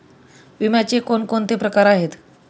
विम्याचे कोणकोणते प्रकार आहेत?